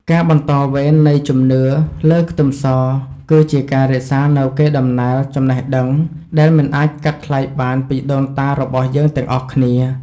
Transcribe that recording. ការបន្តវេននៃជំនឿលើខ្ទឹមសគឺជាការរក្សានូវកេរ្តិ៍ដំណែលចំណេះដឹងដែលមិនអាចកាត់ថ្លៃបានពីដូនតារបស់យើងទាំងអស់គ្នា។